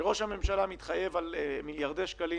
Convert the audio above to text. כשראש ממשלה מתחייב על מיליארדי שקלים